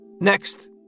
Next